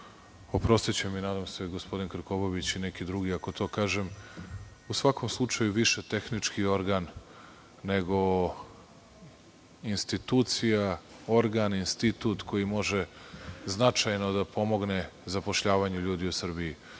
oprostiće mi, nadam se, gospodin Krkobabić i neki drugi ako to kažem, u svakom slučaju, više tehnički organ nego institucija, organ, institut koji može značajno da pomogne zapošljavanju ljudi u Srbiji.